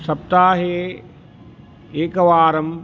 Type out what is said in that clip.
सप्ताहे एकवारं